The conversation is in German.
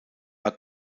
war